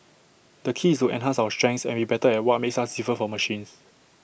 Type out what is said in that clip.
the key is to enhance our strengths and be better at what makes us different from machines